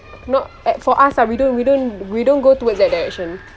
not at for us err we don't we don't we don't go to that direction